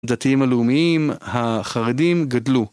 דתיים הלאומיים החרדים גדלו.